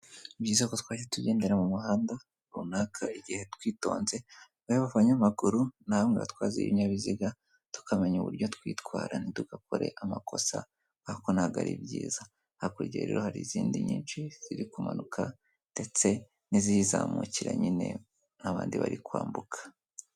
Ni byiza ko twajya tugendera mu muhanda runaka igihe twitonze, hariho abanyamaguru na bamwe batwara ibinyabiziga tukamenya uburyo twitwara ntitugakore amakosa, ariko ntabwo ari byiza, hakurya rero hari izindi nyinshi n'iziri kumanuka ndetse n'izizamukira nyine n'abandi bari kwambuka.